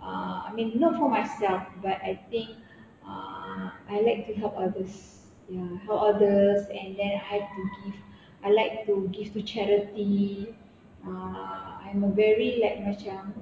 ah I mean not for myself but I think ah I like to help others ya help others and then I like to give I like to give to charity ah I'm a very like macam